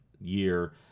year